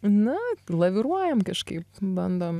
na laviruojam kažkaip bandom